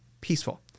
peaceful